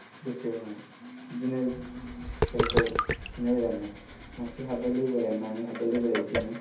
दसे उनाव बिदिनो सियालखौ बुनाय जाबाय आरो ना मासे हाबबायलै बोराय मानै हाबबायलै बोराय बिदिनो